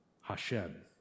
Hashem